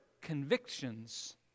convictions